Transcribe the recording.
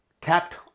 tapped